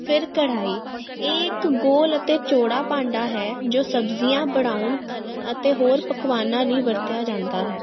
ਫਿਰ ਕੜਾਹੀ ਇਹ ਇੱਕ ਗੋਲ ਅਤੇ ਚੌੜਾ ਭਾਂਡਾ ਹੈ ਜੋ ਸਬਜ਼ੀਆਂ ਬਣਾਉਣ ਤਲਣ ਅਤੇ ਹੋਰ ਪਕਵਾਨਾਂ ਲਈ ਵਰਤਿਆ ਜਾਂਦਾ ਹੈ